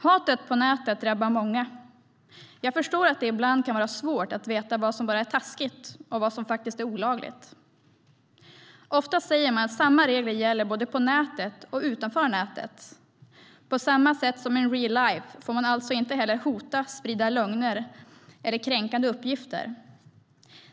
Hatet på nätet drabbar många. Jag förstår att det ibland kan vara svårt att veta vad som bara är taskigt och vad som faktiskt är olagligt. Ofta säger man att samma regler gäller både på nätet och utanför nätet. På samma sätt som in real life får man alltså inte hota eller sprida lögner eller kränkande uppgifter.